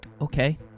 okay